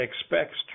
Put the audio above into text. expects